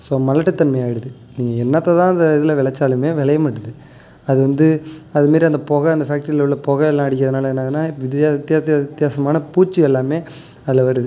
so மலட்டுத் தன்மையாகிடுது நீங்கள் என்னத்த தான் அந்த இதில் விளைச்சாலுமே விளைய மாட்டுது அது வந்து அது மாரி அந்த புக அந்த ஃபேக்ட்ரியில உள்ள புக எல்லாம் அடிக்கிறதுனால என்ன ஆகுதுன்னா வித்தியாச வித்தியாசமான பூச்சி எல்லாமே அதில் வருது